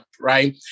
right